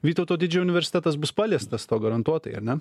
vytauto didžiojo universitetas bus paliestas to garantuotai ar ne